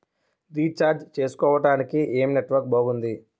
Recharge చేసుకోవటానికి ఏం network బాగుంది?